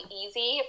easy